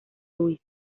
louise